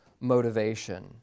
motivation